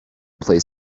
play